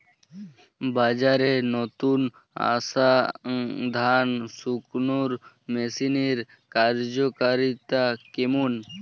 বাজারে নতুন আসা ধান শুকনোর মেশিনের কার্যকারিতা কেমন?